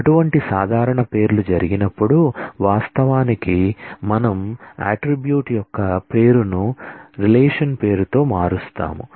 అటువంటి సాధారణ పేర్లు జరిగినప్పుడు వాస్తవానికి మనం అట్ట్రిబ్యూట్ యొక్క పేరును రిలేషన్ పేరుతో మారుస్తాము